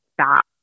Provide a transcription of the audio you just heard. stop